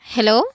Hello